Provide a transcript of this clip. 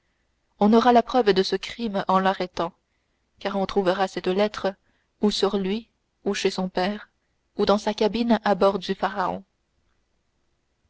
on aura la preuve de ce crime en l'arrêtant car on trouvera cette lettre ou sur lui ou chez son père ou dans sa cabine à bord du pharaon